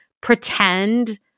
pretend